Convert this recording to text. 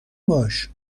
باش